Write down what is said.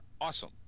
awesome